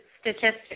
statistics